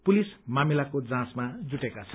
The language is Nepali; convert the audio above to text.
पुलिस मामिलाको जाँचमा जुटेका छन्